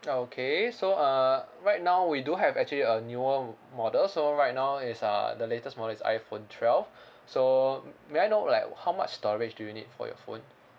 okay so uh right now we do have actually a newer model so right now is uh the latest model is iphone twelve so m~ may I know like how much storage do you need for your phone